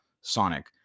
Sonic